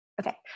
okay